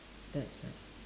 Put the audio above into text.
that's right